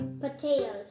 Potatoes